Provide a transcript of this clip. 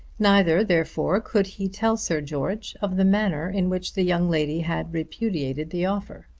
neither, therefore, could he tell sir george of the manner in which the young lady had repudiated the offer.